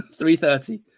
3-30